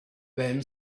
then